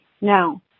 now